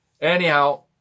Anyhow